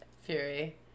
Fury